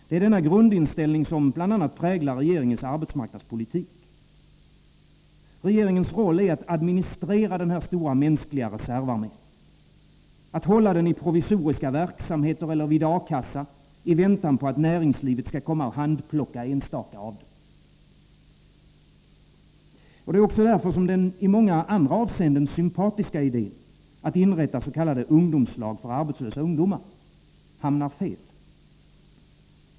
Det är denna grundinställning som bl.a. präglar regeringens arbetsmarknadspolitik. Regeringens roll är att administrera den här stora mänskliga reservarmén. Att hålla den i provisoriska verksamheter eller vid A-kassa i väntan på att näringslivet skall komma och handplocka enstaka personer. Det är också därför den i många avseenden sympatiska idén att inrätta s.k. ungdomslag för arbetslösa ungdomar hamnar fel.